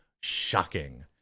Shocking